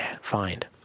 find